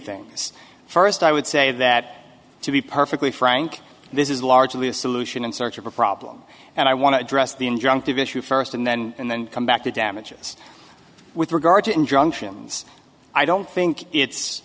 things first i would say that to be perfectly frank this is largely a solution in search of a problem and i want to address the injunctive issue first and then and then come back to damages with regard to injunctions i don't think it's